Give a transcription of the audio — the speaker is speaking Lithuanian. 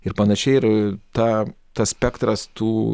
ir panašiai ir tą tas spektras tų